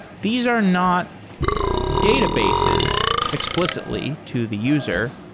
these are not databases explicitly to the user,